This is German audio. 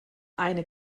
eine